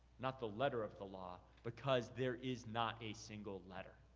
not the letter of the law, because there is not a single letter.